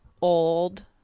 old